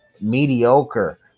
mediocre